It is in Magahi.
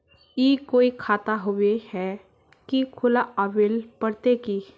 ई कोई खाता होबे है की खुला आबेल पड़ते की?